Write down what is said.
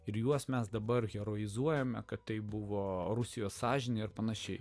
ir juos mes dabar heroizuojame kad tai buvo rusijos sąžinė ar panašiai